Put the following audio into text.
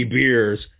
beers